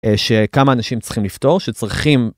יש כמה אנשים צריכים לפתור שצריכים.